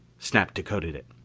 snap decoded it.